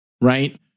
right